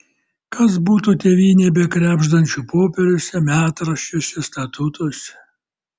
kas būtų tėvynė be krebždančių popieriuose metraščiuose statutuose